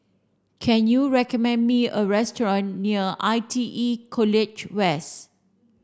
can you recommend me a restaurant near I T E College West